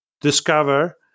discover